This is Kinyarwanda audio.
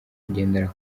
kugendera